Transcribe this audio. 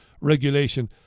regulation